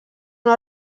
una